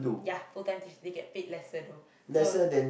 ya full-time teachers they get paid lesser though so